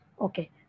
Okay